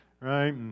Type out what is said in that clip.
right